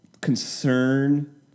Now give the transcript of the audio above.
concern